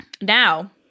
Now